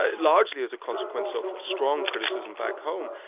ah largely as a consequence of strong criticism back home.